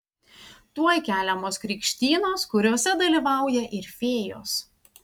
tuoj keliamos krikštynos kuriose dalyvauja ir fėjos